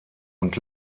und